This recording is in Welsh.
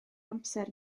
amser